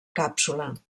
càpsula